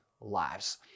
lives